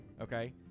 Okay